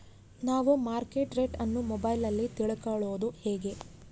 ನಾವು market rate ಅನ್ನು ಮೊಬೈಲಲ್ಲಿ ತಿಳ್ಕಳೋದು ಹೇಗೆ?